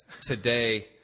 Today